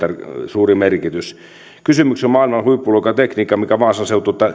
suuri merkitys kysymyksessä on maailman huippuluokan tekniikka mitä vaasan seutu